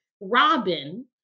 Robin